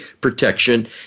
protection